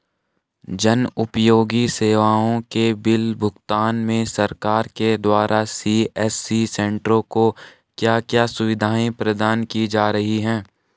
जन उपयोगी सेवाओं के बिल भुगतान में सरकार के द्वारा सी.एस.सी सेंट्रो को क्या क्या सुविधाएं प्रदान की जा रही हैं?